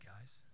guys